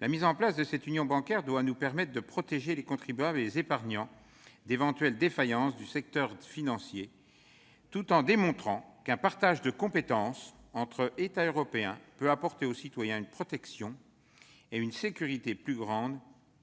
Sa mise en place doit nous permettre de protéger les contribuables et les épargnants d'éventuelles défaillances du secteur financier, tout en démontrant qu'un partage de compétences entre États européens peut apporter aux citoyens davantage de protection et de sécurité